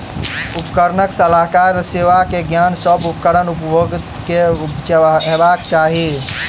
उपकरणक सलाहकार सेवा के ज्ञान, सभ उपकरण उपभोगता के हेबाक चाही